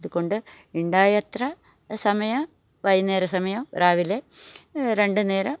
അതുകൊണ്ട് ഉണ്ടായ അത്ര സമയം വൈകുന്നേരം സമയം രാവിലെ രണ്ട് നേരം